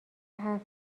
حرف